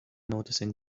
noticing